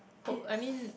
hope I mean